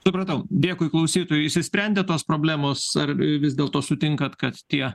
supratau dėkui klausytojui išsisprendė tos problemos ar vis dėlto sutinkat kad tie